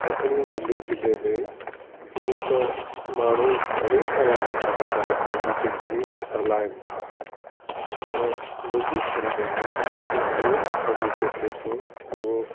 ॾखिणी दिल्ली जिले में ईअं त माण्हू घणे ई तरह जा कमु करे पांजी ज़िंदगी हलाइनि ता पर मुंजी सम्झ में जेको मेन कमु हिते थे तो उओ